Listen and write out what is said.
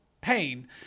pain